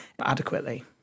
adequately